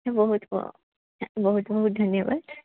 ବହୁତ ବହୁତ ବହୁତ ଧନ୍ୟବାଦ